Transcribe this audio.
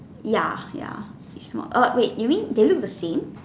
ya ya it's not orh wait you mean they look the same